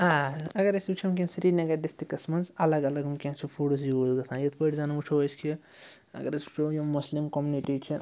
آ اَگر أسۍ وٕچھو وٕنۍکٮ۪ن سرینگر ڈِسٹِرٛکَس منٛز الگ الگ وٕنۍکٮ۪نَس چھِ فُڈٕز یوٗز گژھان یِتھ پٲٹھۍ زَن وٕچھو أسۍ کہِ اگر أسۍ وٕچھو یِم مُسلِم کوٚمنِٹی چھِ